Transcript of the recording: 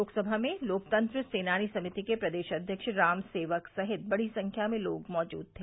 शोकसभा में लोकतंत्र सेनानी समिति के प्रदेश अध्यक्ष राम सेवक सहित बड़ी संख्या में लोग मौजूद रहे